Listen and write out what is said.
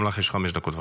גם לך יש חמש דקות.